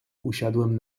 usiadłem